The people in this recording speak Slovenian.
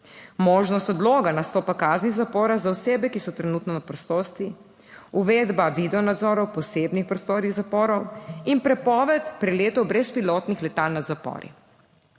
možnost odloga nastopa kazni zapora za osebe, ki so trenutno na prostosti, uvedba videonadzora posebnih prostorih zaporov in prepoved preletov brezpilotnih letal nad zapori.